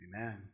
Amen